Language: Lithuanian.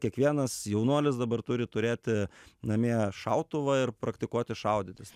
kiekvienas jaunuolis dabar turi turėti namie šautuvą ir praktikuotis šaudytis